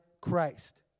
Christ